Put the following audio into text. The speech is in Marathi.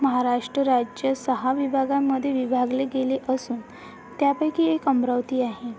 महाराष्ट्र राज्य सहा विभागांमध्ये विभागले गेले असून त्यापैकी एक अमरावती आहे